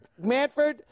Manford